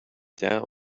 down